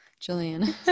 Jillian